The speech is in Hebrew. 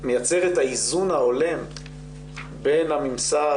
זה היה מייצר את האיזון ההולם בין הממסד